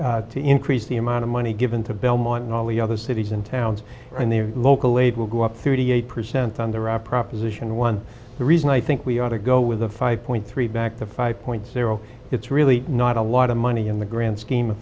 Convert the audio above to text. back to increase the amount of money given to belmont and all the other cities and towns and their local aid will go up thirty eight percent under our proposition one the reason i think we ought to go with a five three back to five zero it's really not a lot of money in the grand scheme of